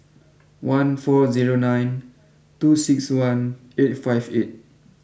one four zero nine two six one eight five eight